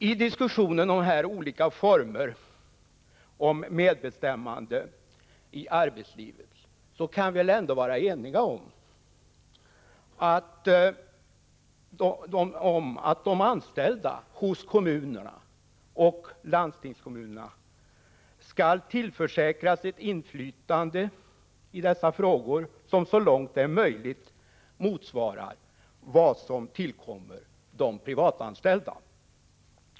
I diskussionen om olika former för medbestämmande i arbetslivet kan vi väl ändå vara eniga om att de anställda hos kommunerna och landstingskommunerna skall tillförsäkras ett inflytande som så långt det är möjligt motsvarar vad som tillkommer de privatanställda.